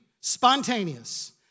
spontaneous